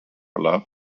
allowed